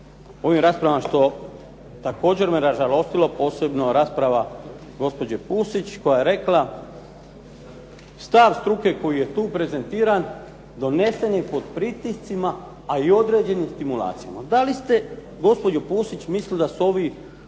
ovim raspravama što također me ražalostilo posebno rasprava gospođe Pusić koja je rekla stav struke koji je tu prezentiran donesen je pod pritiscima, a i određenim stimulacijama. Da li ste gospođo Pusić mislili da su ovi